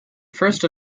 first